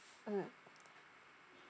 um